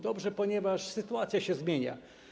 Dobrze, ponieważ sytuacja się zmienia.